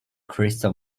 crystal